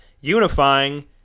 Unifying